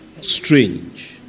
strange